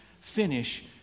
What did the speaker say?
finish